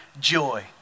joy